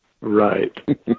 right